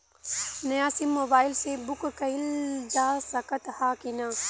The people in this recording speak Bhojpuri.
नया सिम मोबाइल से बुक कइलजा सकत ह कि ना?